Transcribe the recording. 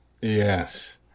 Yes